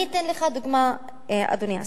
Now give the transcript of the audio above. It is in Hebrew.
אני אתן לך דוגמה, אדוני השר.